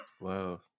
Wow